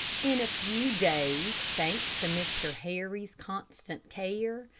in a few days, thanks to mr. harry's constant care,